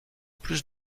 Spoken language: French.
plus